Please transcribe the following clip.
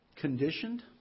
conditioned